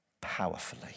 powerfully